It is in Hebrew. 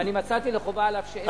ואני מצאתי לחובה על אף שאין,